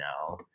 now